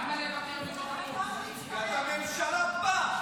למה אתה מחכה --- כי אתה ממשלה פח.